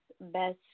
Best